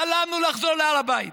חלמנו לחזור להר הבית,